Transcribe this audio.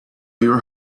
your